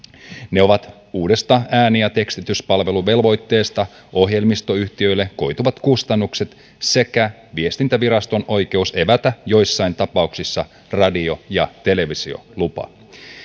ne ovat uudesta ääni ja tekstityspalveluvelvoitteesta ohjelmistoyhtiöille koituvat kustannukset sekä viestintäviraston oikeus evätä joissain tapauksissa radio ja televisiolupa